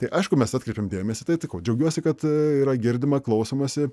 tai aišku mes atkreipėm dėmesį į tai tai ko džiaugiuosi kad yra girdima klausomasi